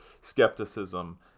skepticism